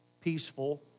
peaceful